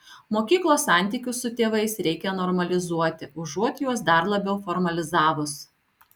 mokyklos santykius su tėvais reikia normalizuoti užuot juos dar labiau formalizavus